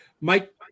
Mike